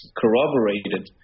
corroborated